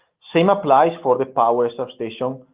same applies for the power substation,